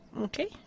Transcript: Okay